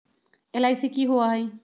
LIC की होअ हई?